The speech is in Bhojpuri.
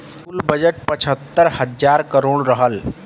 कुल बजट पचहत्तर हज़ार करोड़ रहल